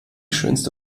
schönste